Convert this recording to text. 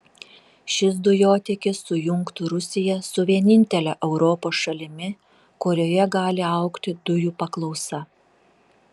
šis dujotiekis sujungtų rusiją su vienintele europos šalimi kurioje gali augti dujų paklausa